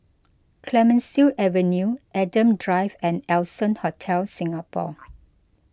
Clemenceau Avenue Adam Drive and Allson Hotel Singapore